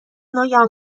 ناگهان